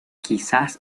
quizás